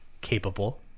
capable